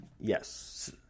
Yes